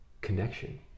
connection